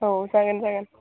औ जागोन जागोन